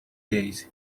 days